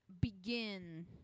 begin